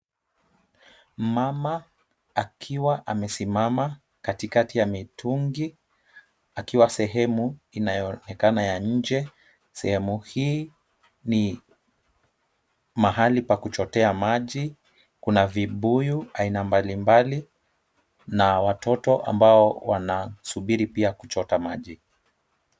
Mama akiwa amesimama katikati ya mitungi, akiwa sehemu inayoonekana ya nje. Sehemu hii ni mahali pa kuchotea maji. Kuna vibuyu aina mbalimbali na watoto ambao wanasubiri pia kuchota maji.